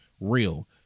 real